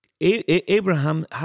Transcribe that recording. Abraham